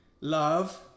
Love